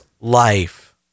life